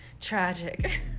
tragic